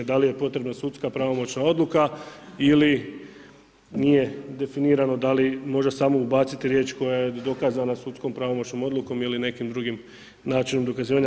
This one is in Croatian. Da li je potrebna sudska pravomoćna odluka ili nije definirano, da li može samo ubaciti riječ „ koja je dokazana sudskom pravomoćnom odlukom ili nekim drugim načinom dokazivanja“